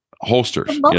holsters